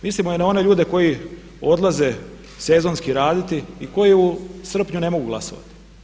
Mislimo i na one ljude koji odlaze sezonski raditi i koji u srpnju ne mogu glasati.